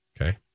Okay